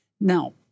Now